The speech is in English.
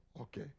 Okay